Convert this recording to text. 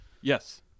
Yes